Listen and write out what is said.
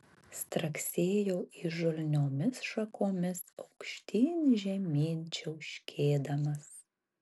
straksėjo įžulniomis šakomis aukštyn žemyn čiauškėdamas